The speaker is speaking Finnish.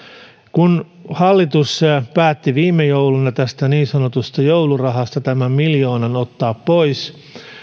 kun hallitus päätti viime jouluna tästä niin sanotusta joulurahasta miljoonan ottaa pois